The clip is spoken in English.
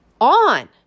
on